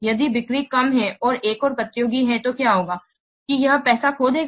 यदि बिक्री कम है और एक और प्रतियोगी है तो क्या होगा कि यह पैसा खो देगा